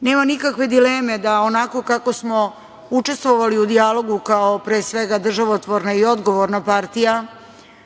Nema nikakve dileme da onako kako smo učestvovali u dijalogu pre svega kao državotvorna i odgovorna partija